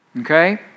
okay